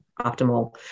optimal